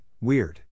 weird